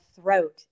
throat